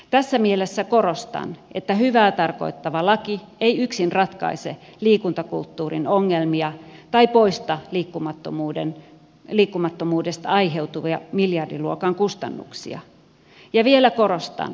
tässä mielessä korostan että hyvää tarkoittava laki ei yksin ratkaise liikuntakulttuurin ongelmia tai poista liikkumattomuudesta aiheutuvia miljardiluokan kustannuksia ja vielä korostan